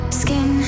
skin